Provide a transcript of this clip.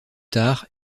tard